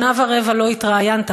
שנה ורבע לא התראיינת,